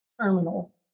terminal